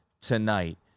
tonight